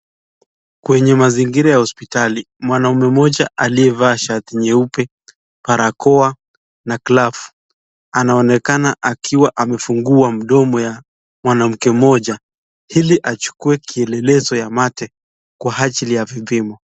Kwenye mazingira ya hospitali mwanaume moja aliyevaa shati nyeupe, barakoa na glavu anaonekana akiwa amefungua mdomo ya mwanamke moja ili achukue kielelzo ya mate kwa ajili ya kipimo.